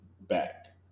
back